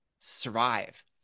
survive